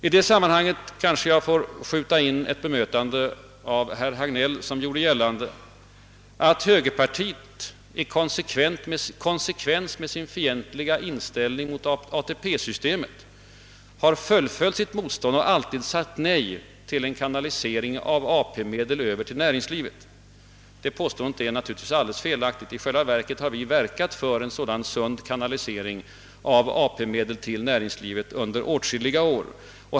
I detta sammanhang kanske jag får skjuta in ett bemötande av herr Hagnell, som gjorde gällande att högerpartiet i konsekvens med sin fientliga inställning mot ATP-systemet har fullföljt sin ståndpunkt och alltid sagt nej till en kanalisering av AP-medel över till näringslivet. Det påståendet är naturligtvis alldeles felaktigt. I själva verket har vi arbetat för en sund kanalisering av AP-medel till näringslivet under åtskilliga år.